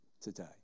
today